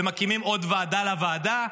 ומקימים עוד ועדה לוועדה.